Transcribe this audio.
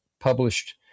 published